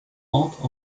entre